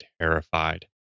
terrified